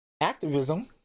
activism